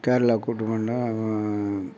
கேரளா கூட்டு போனோன்னே